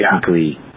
technically